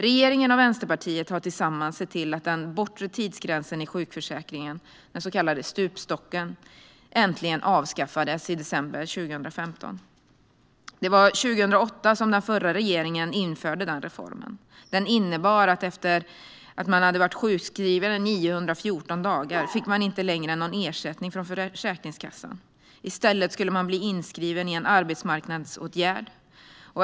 Regeringen och Vänsterpartiet har tillsammans sett till att den bortre tidsgränsen i sjukförsäkringen, den så kallade stupstocken, äntligen avskaffades i december 2015. Den förra regeringen införde denna reform 2008. Den innebar att man efter att ha varit sjukskriven i 914 dagar inte längre fick någon ersättning från Försäkringskassan. I stället skulle man bli inskriven i en arbetsmarknadsåtgärd.